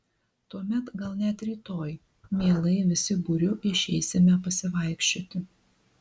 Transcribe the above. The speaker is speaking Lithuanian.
tuomet gal net rytoj mielai visi būriu išeisime pasivaikščioti